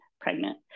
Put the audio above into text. pregnant